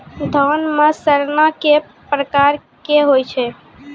धान म सड़ना कै प्रकार के होय छै?